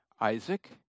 Isaac